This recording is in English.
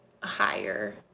higher